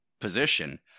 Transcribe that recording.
position